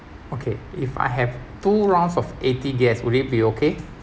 okay if I have two rounds of eighty guests would it be okay